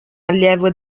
allievo